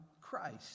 Christ